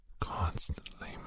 constantly